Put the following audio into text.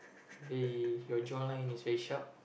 they if your jawline is very sharp